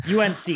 UNC